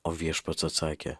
o viešpats atsakė